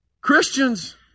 Christians